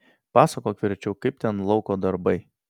pasakok verčiau kaip ten lauko darbai